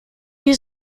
dir